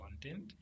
content